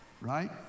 Right